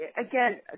again